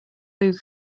blue